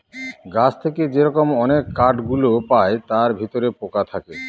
গাছ থেকে যে রকম অনেক কাঠ গুলো পায় তার ভিতরে পোকা থাকে